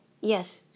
Yes